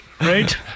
right